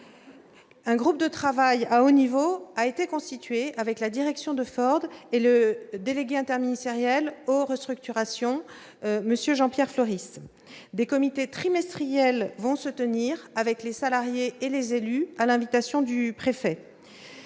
Un groupe de travail de haut niveau a été constitué avec la direction de Ford et le délégué interministériel aux restructurations, M. Jean-Pierre Floris. Des comités trimestriels vont se tenir avec les salariés et les élus, à l'invitation du préfet.